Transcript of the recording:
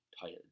tired